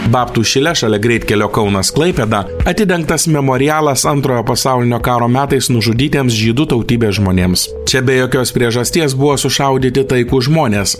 babtų šile šalia greitkelio kaunas klaipėda atidengtas memorialas antrojo pasaulinio karo metais nužudytiems žydų tautybės žmonėms čia be jokios priežasties buvo sušaudyti taikūs žmonės